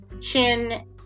chin